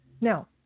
Now